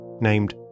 named